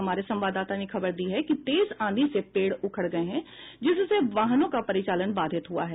हमारे संवाददाताओं ने खबर दी है कि तेज आंधी से पेड़ उखड़ गये हैं जिससे वाहनों का परिचालन बाधित हुआ है